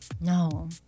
No